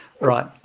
Right